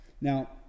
Now